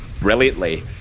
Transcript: brilliantly